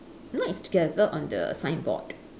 no it's together on the signboard